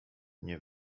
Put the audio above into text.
nie